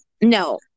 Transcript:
No